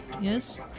yes